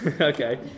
Okay